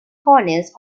corners